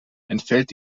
entfällt